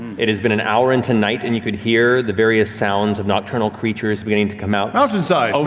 it has been an hour into night and you could hear the various sounds of nocturnal creatures beginning to come out mountainside,